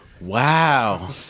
Wow